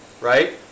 right